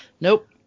Nope